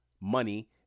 money